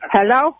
Hello